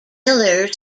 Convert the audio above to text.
miller